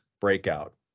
breakout